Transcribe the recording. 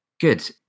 Good